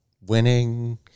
Winning